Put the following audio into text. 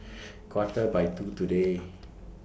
Quarter By two today